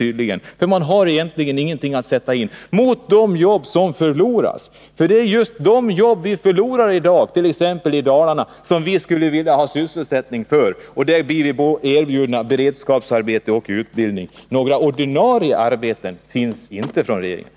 Man har ju egentligen ingenting att sätta in i stället för de jobb som går förlorade. Det är just i stället för de jobb som vi i dag förlorar — t.ex. i Dalarna — som vi skulle vilja ha sysselsättning, men då blir vi erbjudna beredskapsarbete och utbildning. Några ordinarie arbeten erbjuds inte av regeringen.